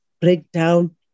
breakdown